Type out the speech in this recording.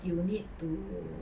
you need to